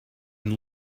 and